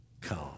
come